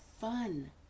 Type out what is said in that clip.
fun